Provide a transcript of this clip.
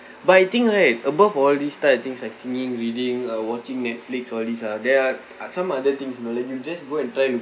but I think right above all these type of things like singing reading uh watching Netflix all these are there are are some other thing you know like you just go and try